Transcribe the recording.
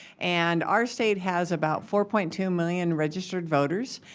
and our state has about four point two million registered voters.